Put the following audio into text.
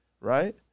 right